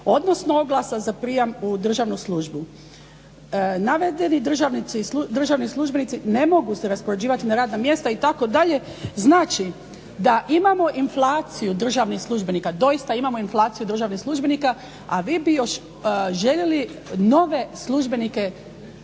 odnosno oglasa za prijam u državnu službu. Navedeni državni službenici ne mogu se raspoređivati na radna mjesta itd. Znači, da imamo inflaciju državnih službenika, doista imamo inflaciju državnih službenika, a vi bi još željeli nove službenike